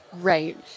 Right